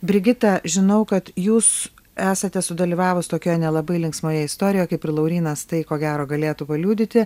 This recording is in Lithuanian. brigita žinau kad jūs esate sudalyvavus tokioje nelabai linksmoje istorijoje kaip ir laurynas tai ko gero galėtų paliudyti